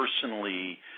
personally